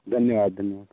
धन्यवाद धन्यवाद